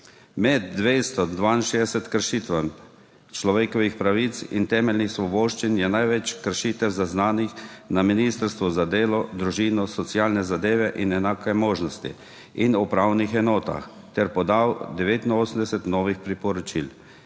Med 262 kršitvami človekovih pravic in temeljnih svoboščin je največ kršitev zaznanih na Ministrstvu za delo, družino, socialne zadeve in enake možnosti in na upravnih enotah. Podanih je 89 novih priporočil.